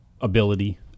ability